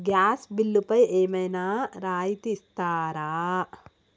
Gas బిల్లుపై ఏమైనా రాయితీ ఇస్తారా?